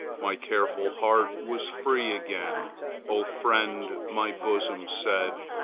my careful heart was free again o friend, my bosom said,